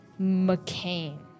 McCain